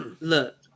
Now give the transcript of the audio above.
look